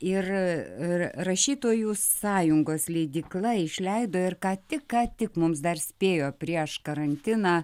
ir rašytojų sąjungos leidykla išleido ir ką tik ką tik mums dar spėjo prieš karantiną